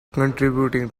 contributing